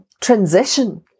transition